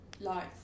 life